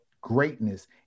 greatness